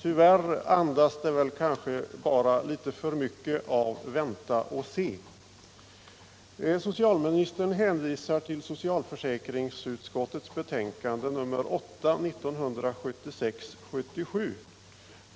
Tyvärr andas det kanske bara litet för mycket av ”vänta och se”. Socialministern hänvisar till socialförsäkringsutskottets betänkande 1976/77:8.